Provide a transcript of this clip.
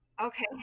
Okay